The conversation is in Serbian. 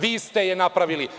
Vi ste je napravili.